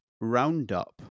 roundup